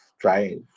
try